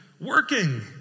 working